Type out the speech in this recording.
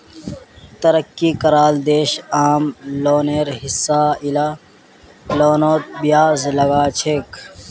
तरक्की कराल देश आम लोनेर हिसा इला लोनतों ब्याज लगाछेक